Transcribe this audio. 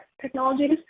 Technologies